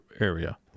area